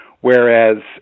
whereas